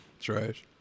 Trash